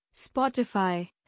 Spotify